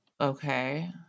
okay